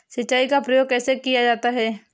सिंचाई का प्रयोग कैसे किया जाता है?